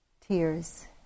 tears